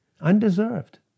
undeserved